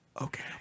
okay